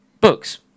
books